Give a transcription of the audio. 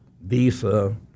Visa